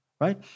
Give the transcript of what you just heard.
right